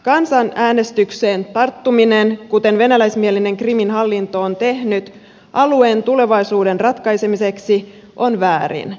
kansanäänestykseen tarttuminen kuten venäläismielinen krimin hallinto on tehnyt alueen tulevaisuuden ratkaisemiseksi on väärin